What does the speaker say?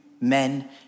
men